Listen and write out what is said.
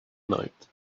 night